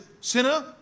sinner